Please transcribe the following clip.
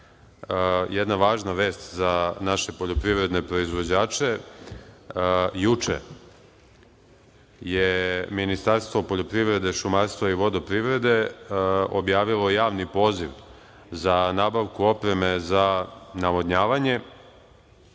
jedna važna vest za naše poljoprivredne proizvođače. Juče je Ministarstvo poljoprivrede, šumarstva i vodoprivrede objavilo javni poziv na nabavku opreme za navodnjavanje.